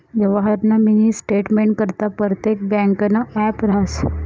यवहारना मिनी स्टेटमेंटकरता परतेक ब्यांकनं ॲप रहास